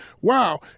wow